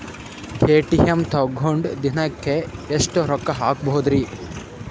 ATM ತಗೊಂಡ್ ದಿನಕ್ಕೆ ಎಷ್ಟ್ ರೊಕ್ಕ ಹಾಕ್ಬೊದ್ರಿ?